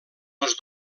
els